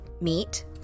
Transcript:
meet